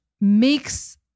makes